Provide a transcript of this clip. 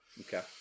Okay